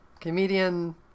Comedian